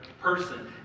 person